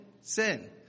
Sin